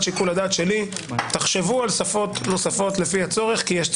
שיקול הדעת שלי תחשבו על שפות נוספות לפי הצורך כי יש צורך.